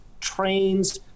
Trains